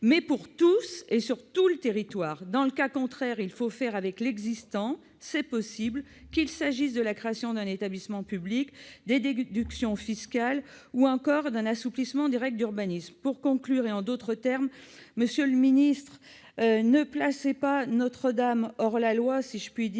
mais pour tous et sur tout le territoire ! Dans le cas contraire, il faut faire avec l'existant. C'est possible, qu'il s'agisse de la création d'un établissement public, des déductions fiscales ou encore d'un assouplissement des règles d'urbanisme. Pour conclure, et en d'autres termes, monsieur le ministre, ne placez pas Notre-Dame « hors-la-loi » en